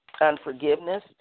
unforgiveness